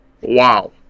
wow